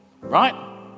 right